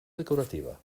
decorativa